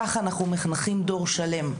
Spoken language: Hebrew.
כך אנחנו מחנכים דור שלם.